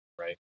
Right